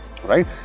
Right